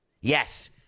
yes